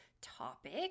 topic